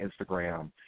Instagram